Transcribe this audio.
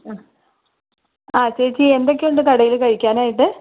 ഉം ആ ചേച്ചി എന്തൊക്കെ ഉണ്ട് കടയില് കഴിക്കാനായിട്ട്